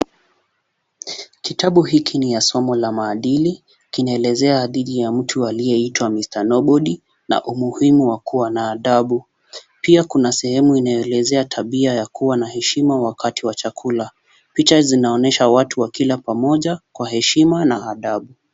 Kitabu hiki ni la somo la maadili ,kinaelezea hadithi ya mtu anaitwa Mr Nobody na umuhimu wa kuwa na adabu, pia kuna sehemu inayoelezea tabia ya kuwa heshima wakati wa chakula ,picha zinaonyesha watu wakila pamoja kwa heshima na adabu.